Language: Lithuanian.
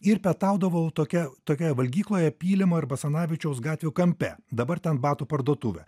ir pietaudavau tokia tokioje valgykloje pylimo ir basanavičiaus gatvių kampe dabar ten batų parduotuvė